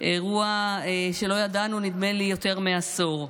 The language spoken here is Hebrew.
אירוע שנדמה לי שלא ידענו יותר מעשור.